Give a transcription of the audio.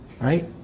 Right